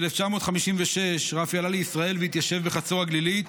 ב-1956 רפי עלה לישראל והתיישב בחצור הגלילית,